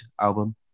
album